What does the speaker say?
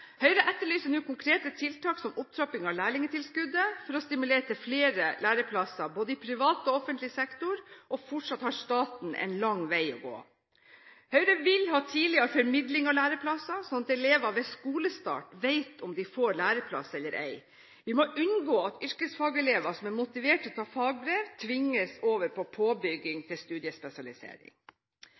Høyre etterlyser nå konkrete tiltak, som f.eks. opptrapping av lærlingtilskuddet, for å stimulere til flere læreplasser, både i privat og i offentlig sektor. Fortsatt har staten en lang vei å gå. Høyre vil ha tidligere formidling av læreplasser, slik at elevene ved skolestart vet om de får læreplass eller ei. Vi må unngå at yrkesfagelever som er motivert til å ta fagbrev, tvinges over på påbygging til studiespesialisering.